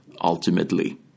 ultimately